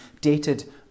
dated